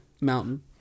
mountain